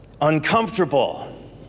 uncomfortable